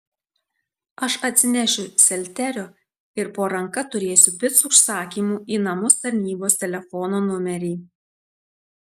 aš atsinešiu selterio ir po ranka turėsiu picų užsakymų į namus tarnybos telefono numerį